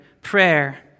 prayer